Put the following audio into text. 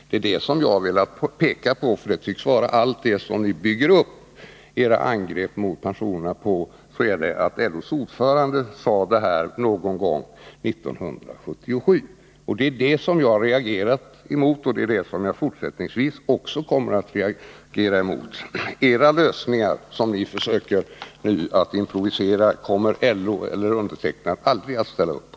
Detta har jag velat peka på, eftersom det tycks vara detta som ni bygger era angrepp mot pensionerna på, nämligen att LO:s ordförande sade detta någon gång 1977. Det är det som jag reagerat emot, och det kommer jag att reagera emot även fortsättningsvis. De lösningar som ni nu försöker improvisera kommer LO eller jag aldrig att ställa upp på.